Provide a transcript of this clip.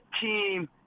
team